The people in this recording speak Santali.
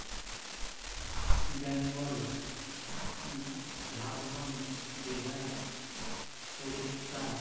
ᱵᱮᱝᱜᱚᱞ ᱡᱷᱟᱲᱠᱷᱚᱸᱰ ᱵᱤᱦᱟᱨ ᱳᱰᱤᱥᱟ